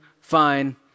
fine